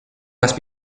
must